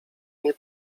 nie